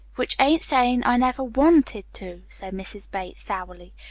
which ain't saying i never wanted to, said mrs. bates, sourly.